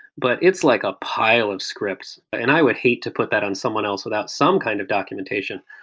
but it's like a pile of scripts. and i would hate to put that on someone else without some kind of documentation,